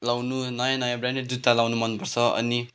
लाउनु नयाँ नयाँ ब्रान्डेड जुत्ता लाउनु मन पर्छ अनि